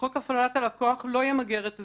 חוק הפללת הלקוח לא ימגר את הזנות.